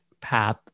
path